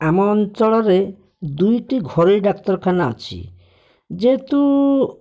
ଆମ ଅଞ୍ଚଳରେ ଦୁଇଟି ଘରୋଇ ଡାକ୍ତରଖାନା ଅଛି ଯେହେତୁ